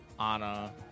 anna